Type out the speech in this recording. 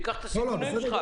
קח את הסיכונים שלך,